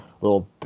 little